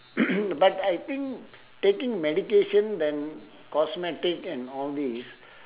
but I think taking medication and cosmetic and all this